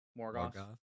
Morgoth